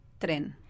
Tren